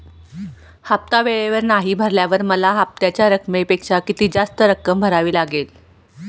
हफ्ता वेळेवर नाही भरल्यावर मला हप्त्याच्या रकमेपेक्षा किती जास्त रक्कम भरावी लागेल?